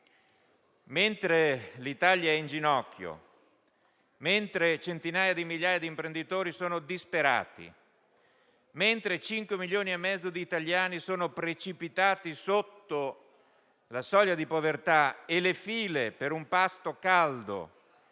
mentre l'Italia è in ginocchio, mentre centinaia di migliaia di imprenditori sono disperati, mentre 5 milioni e mezzo di italiani sono precipitati sotto la soglia di povertà e le file per un pasto caldo